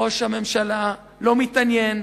ראש הממשלה לא מתעניין.